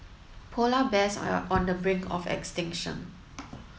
polar bears are on the brink of extinction